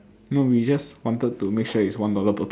no we just wanted to make sure it's one dollar per